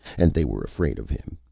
and they were afraid of him.